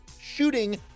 shooting